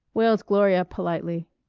wailed gloria politely.